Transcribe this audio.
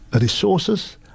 resources